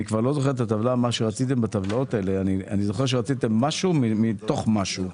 אני כבר לא זוכר את הטבלה אבל אני זוכר שרציתם משהו מתוך משהו.